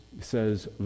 says